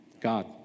God